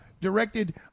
directed